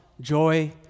joy